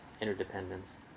interdependence